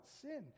sin